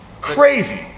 Crazy